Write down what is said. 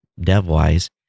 dev-wise